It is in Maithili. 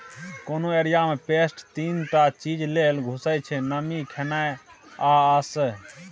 कोनो एरिया मे पेस्ट तीन टा चीज लेल घुसय छै नमी, खेनाइ आ आश्रय